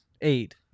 eight